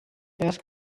asked